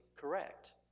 correct